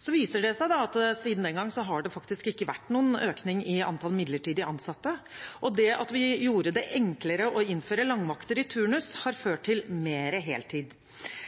Så viser det seg at siden den gang har det faktisk ikke vært noen økning i antall midlertidig ansatte, og det at vi gjorde det enklere å innføre langvakter i turnus, har ført til mer heltid.